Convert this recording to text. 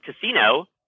casino